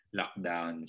lockdown